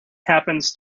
happens